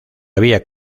había